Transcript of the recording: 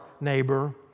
neighbor